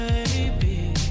Baby